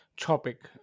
topic